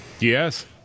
Yes